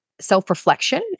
self-reflection